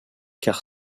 car